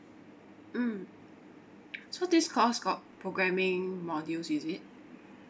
mm so this course got programming modules is it